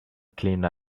clean